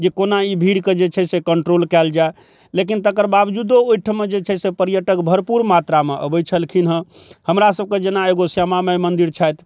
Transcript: जे कोना ई भीड़के जे छै से कन्ट्रोल कयल जाइ लेकिन तकर बावजूदो ओइठमा जे छै से पर्यटक भरपूर मात्रामे अबै छलखिन हँ हमरा सबके जेना एगो श्यामा माय मन्दिर छथि